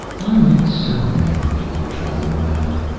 i meet so many people traveling about,